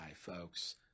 folks